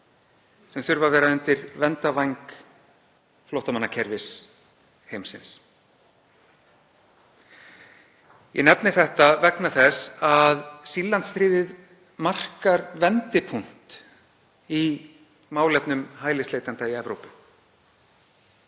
sem þurfa að vera undir verndarvæng flóttamannakerfis heimsins. Ég nefni þetta vegna þess að Sýrlandsstríðið markar vendipunkt í málefnum hælisleitenda í Evrópu.